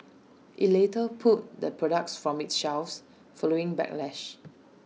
IT later pulled the products from its shelves following backlash